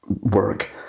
work